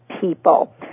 people